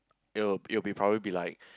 it'll it will be probably be like